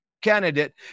candidate